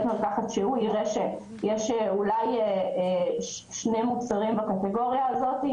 יראה שיש אולי שני מוצרים בקטגוריה הזאת,